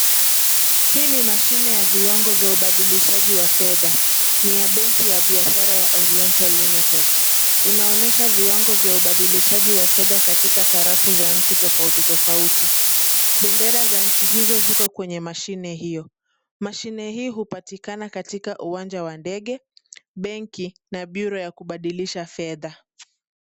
Hii ni mashine ya viwango vya ubadilishaji wa fedha, ni ya benki ya biashara ya Oriental Limited . Inaonyesha viwango vya ubadilishaji wa fedha katika sarafu za nchi tofauti tofauti. Bendera za nchi hizo ziko kwenye mashine hiyo, mashine hii hupatikana katika uwanja wa ndege, benki na bureau ya kubadilisha fedha.